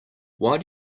why